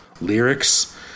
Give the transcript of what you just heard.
lyrics